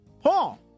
Paul